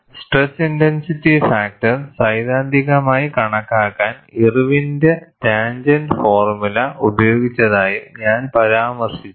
stress intensity factor സൈദ്ധാന്തികമായി കണക്കാക്കാൻ ഇർവിന്റെ tangent formula Irwin's Tangent Formula ഉപയോഗിച്ചതായും ഞാൻ പരാമർശിച്ചു